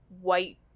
white